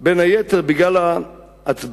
בין היתר בגלל ההצבעה